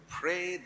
pray